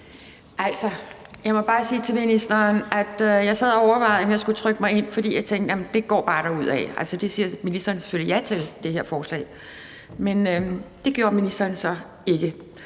og overvejede, om jeg skulle trykke mig ind, for jeg tænkte, at det går bare derudad, og at ministeren selvfølgelig siger ja til det her forslag. Men det gjorde ministeren så ikke.